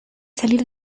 salir